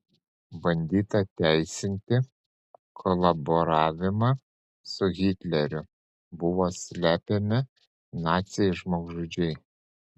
bandyta teisinti kolaboravimą su hitleriu buvo slepiami naciai žmogžudžiai